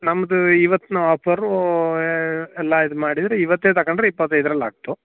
ನಮ್ದು ಇವತ್ತಿನ ಆಫರ್ರೂ ಎಲ್ಲ ಇದು ಮಾಡಿದರೆ ಇವತ್ತೇ ತಗಂಡ್ರೆ ಇಪ್ಪತ್ತೈದ್ರಲ್ಲಿ ಆಗ್ತು